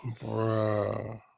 bro